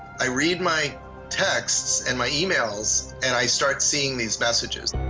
i read my texts and my emails, and i start seeing these messages.